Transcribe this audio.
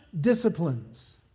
disciplines